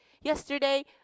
Yesterday